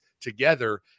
together